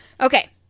okay